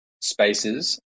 spaces